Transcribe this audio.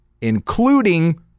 including